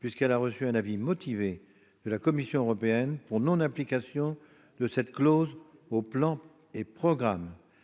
puisqu'elle a reçu un avis motivé de la Commission européenne pour non-application de cette clause aux plans et programmes.